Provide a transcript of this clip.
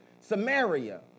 Samaria